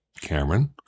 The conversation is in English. Cameron